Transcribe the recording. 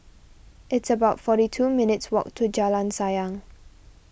it's about forty two minutes' walk to Jalan Sayang